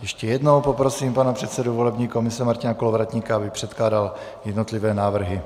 Ještě jednou poprosím pana předsedu volební komise Martina Kolovratníka, aby předkládal jednotlivé návrhy.